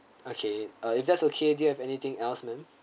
okay uh if that's okay do you have anything else ma'am